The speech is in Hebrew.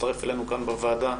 שהצטרף אלינו כאן בוועדה,